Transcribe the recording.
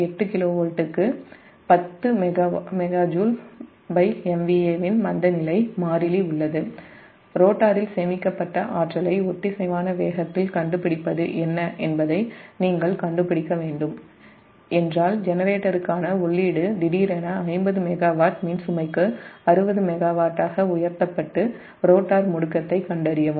8 kV க்கு 10 MJ MVA இன் மந்தநிலை மாறிலி உள்ளதுஅ ரோட்டரில் சேமிக்கப்பட்ட ஆற்றலை ஒத்திசைவான வேகத்தில் கண்டுபிடிப்பது என்ன என்பதை நீங்கள் கண்டுபிடிக்க வேண்டும் ஜெனரேட்டருக்கான உள்ளீடு திடீரென 50 மெகாவாட் மின் சுமைக்கு 60 மெகாவாட்டாக உயர்த்தப்பட்டு ரோட்டார் முடுக்கத்தைக் கண்டறியவும்